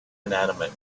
inanimate